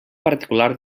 particular